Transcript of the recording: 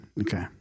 Okay